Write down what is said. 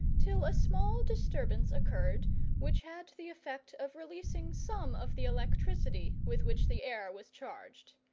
till a small disturbance occurred which had the effect of releasing some of the electricity with which the air was charged.